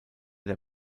der